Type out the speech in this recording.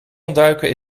ontduiken